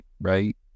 Right